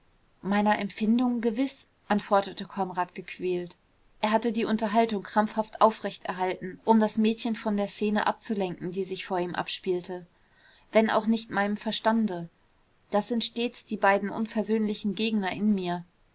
meiner empfindung gewiß antwortete konrad gequält er hatte die unterhaltung krampfhaft aufrecht erhalten um das mädchen von der szene abzulenken die sich vor ihm abspielte wenn auch nicht meinem verstande das sind stets die beiden unversöhnlichen gegner in mir